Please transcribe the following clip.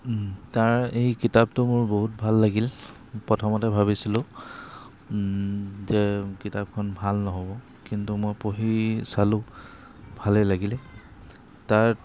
তাৰ এই কিতাপটো মোৰ বহুত ভাল লাগিল প্ৰথমতে ভাবিছিলোঁ যে কিতাপখন ভাল নহ'ব কিন্তু মই পঢ়ি চালোঁ ভালেই লাগিলে তাৰ